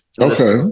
Okay